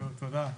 תודה.